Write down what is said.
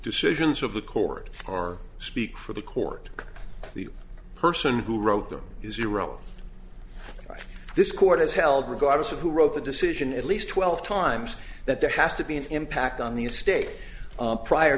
decisions of the court are speak for the court the person who wrote them is zero for this court has held regardless of who wrote the decision at least twelve times that there has to be an impact on the state prior